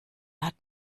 hat